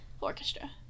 orchestra